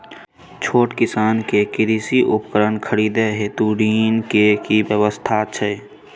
छोट किसान के कृषि उपकरण खरीदय हेतु ऋण के की व्यवस्था छै?